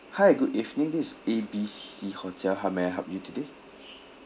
hi good evening this is A B C hotel how may I help you today